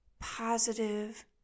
positive